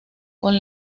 con